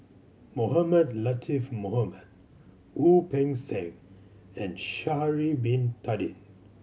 Mohamed Latiff Mohamed Wu Peng Seng and Sha'ari Bin Tadin